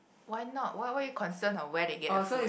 why not why why are you concerned on where they get the food